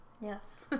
Yes